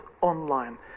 online